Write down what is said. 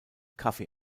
kaffee